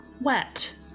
wet